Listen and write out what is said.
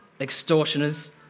extortioners